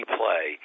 play